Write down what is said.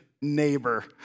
neighbor